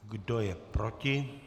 Kdo je proti?